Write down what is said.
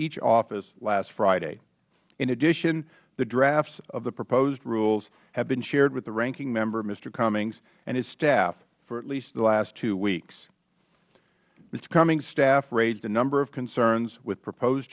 each office last friday in addition the drafts of the proposed rules have been shared with the ranking member mr hcummings and his staff for at least the last hweeks mr hcummings staff raised a number of concerns with proposed